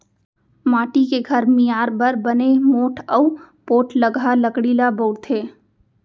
माटी के घर मियार बर बने मोठ अउ पोठलगहा लकड़ी ल बउरथे